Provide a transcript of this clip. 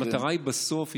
המטרה בסוף,